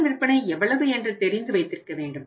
கடன் விற்பனை எவ்வளவு என்று தெரிந்து வைத்திருக்க வேண்டும்